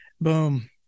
Boom